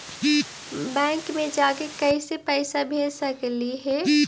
Bank मे जाके कैसे पैसा भेज सकली हे?